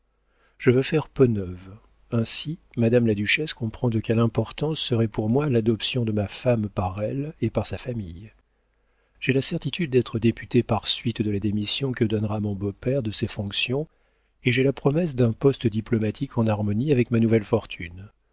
je veux faire peau neuve ainsi madame la duchesse comprend de quelle importance serait pour moi l'adoption de ma femme par elle et par sa famille j'ai la certitude d'être député par suite de la démission que donnera mon beau-père de ses fonctions et j'ai la promesse d'un poste diplomatique en harmonie avec ma nouvelle fortune